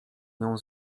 nią